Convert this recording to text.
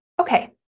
okay